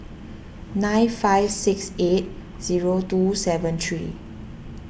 nine five six eight two seven three